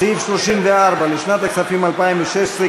סעיף 34 לשנת הכספים 2016,